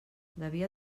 devia